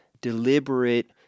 deliberate